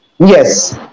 Yes